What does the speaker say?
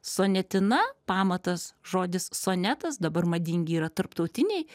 sonetina pamatas žodis sonetas dabar madingi yra tarptautiniai